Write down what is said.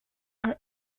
are